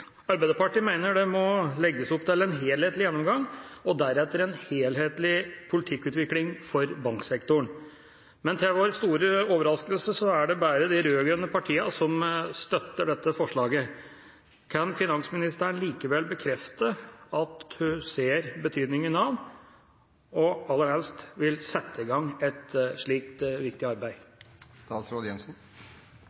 Arbeiderpartiet mener det må legges opp til en helhetlig gjennomgang og deretter en helhetlig politikkutvikling for banksektoren. Til vår store overraskelse er det bare de rød-grønne partiene som støtter dette forslaget. Kan finansministeren likevel bekrefte at hun ser betydningen av – og aller helst vil sette i gang – et slikt viktig arbeid?